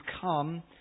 come